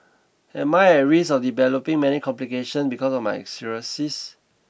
am I at risk of developing many complications because of my cirrhosis